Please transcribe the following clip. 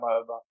over